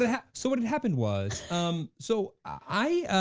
ah yeah so what had happened was um so i,